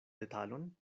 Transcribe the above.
detalon